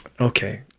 Okay